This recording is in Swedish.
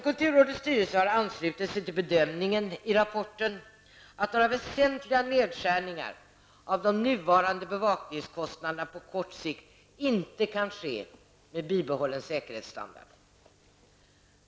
Kulturrådets styrelse har anslutit sig till bedömningen i rapporten, att några väsentliga nedskärningar av de nuvarande bevakningskostnaderna på kort sikt inte kan ske med bibehållen säkerhetsstandard.